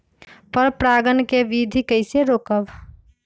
पर परागण केबिधी कईसे रोकब?